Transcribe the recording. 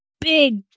big